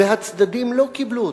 והצדדים לא קיבלו אותה,